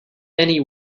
many